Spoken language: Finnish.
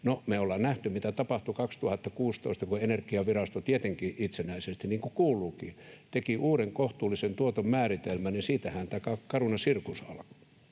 me ollaan nähty, mitä tapahtui 2016, kun Energiavirasto tietenkin itsenäisesti, niin kuin kuuluukin, teki uuden kohtuullisen tuoton määritelmän, siitähän tämä Caruna-sirkus alkoi.